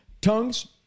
Tongues